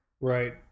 Right